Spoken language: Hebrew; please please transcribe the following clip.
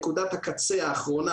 נקודת הקצה האחרונה,